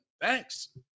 Thanks